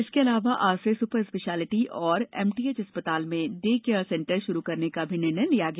इसके अलावा आज से सुपर स्पेशलिटी और एमटीएच अस्पताल में डे केयर सेंटर शुरू करने का भी निर्णय लिया गया